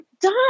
done